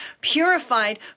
purified